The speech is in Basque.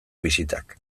bisitak